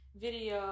video